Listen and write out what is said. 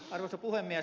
arvoisa puhemies